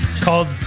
called